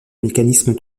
mécanisme